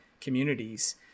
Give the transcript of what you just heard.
communities